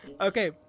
Okay